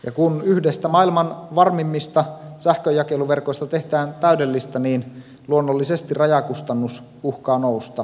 ja kun yhdestä maailman varmimmista sähkönjakeluverkoista tehdään täydellistä niin luonnollisesti rajakustannus uhkaa nousta suureksi